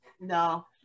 No